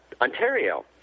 Ontario